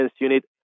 unit